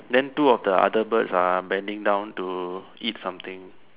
then two of the other birds are bending down to eat something